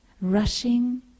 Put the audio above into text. rushing